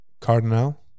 Cardinal